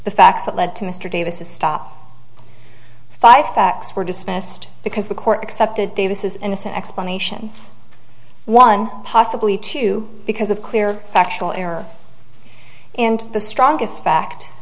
the facts that led to mr davis's stop five facts were dismissed because the court accepted davis is innocent explanations one possibly two because of clear factual error and the strongest fact